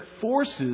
forces